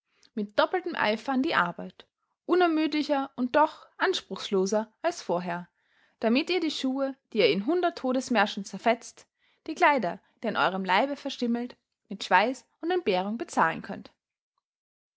mit doppeltem eifer an die arbeit unermüdlicher und doch anspruchsloser als vorher damit ihr die schuhe die ihr in hundert todesmärschen zerfetzt die kleider die an eurem leibe verschimmelt mit schweiß und entbehrung bezahlen könnt